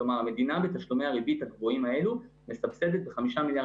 כלומר המדינה בתשלומי הריבית הגבוהים האלו מסבסדת ב-5 מיליארד